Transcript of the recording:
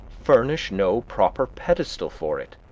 furnish no proper pedestal for it.